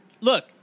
Look